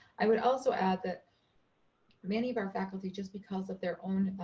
i would also add that many of our faculty, just because of their own